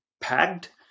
packed